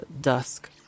dusk